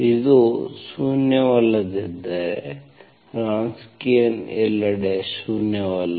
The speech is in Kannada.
ಇದು ಶೂನ್ಯವಲ್ಲದಿದ್ದರೆ ವ್ರೊನ್ಸ್ಕಿಯನ್ ಎಲ್ಲೆಡೆ ಶೂನ್ಯವಲ್ಲ